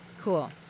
Cool